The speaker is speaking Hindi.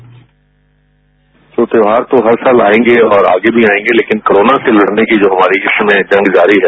साउंड बाईट त्योहार तो हर साल आएंगे और आगे भी आएंगे लेकिन कोरोना से लड़ने की जो हमारी इस समय जंग जारी है